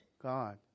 God